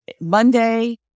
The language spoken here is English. Monday